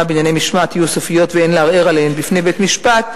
בענייני משמעת יהיו סופיות ואין לערער עליהן בפני בית-משפט".